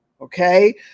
okay